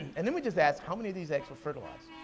and then we just asked, how many of these eggs were fertilized?